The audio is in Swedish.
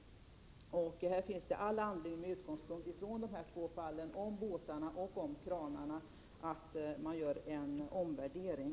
Med utgångspunkt i de två fallen med båtarna och kranarna finns det all anledning att göra en omvärdering.